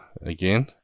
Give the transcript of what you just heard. again